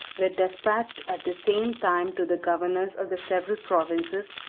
were despatched at the same time to the governors of the several provinces,